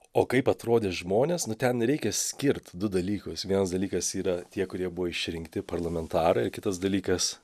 o kaip atrodė žmonės nu ten reikia skirt du dalykus vienas dalykas yra tie kurie buvo išrinkti parlamentarai o kitas dalykas